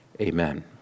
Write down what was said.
amen